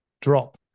drop